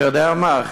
אתה יודע מה?